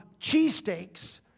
cheesesteaks